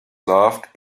loved